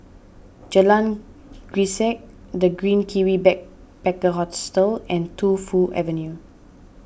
Jalan Grisek the Green Kiwi Backpacker Hostel and Tu Fu Avenue